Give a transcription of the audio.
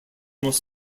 most